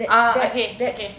ah okay okay